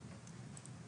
הכושר